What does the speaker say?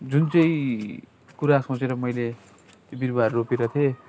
जुन चाहिँ कुरा सोचेर मैले त्यो बिरुवाहरू रोपिरथेँ